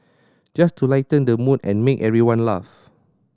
just to lighten the mood and make everyone laugh